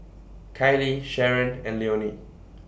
Kylee Sharon and Leonie